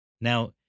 Now